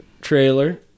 trailer